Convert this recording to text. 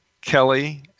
Kelly